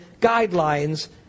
guidelines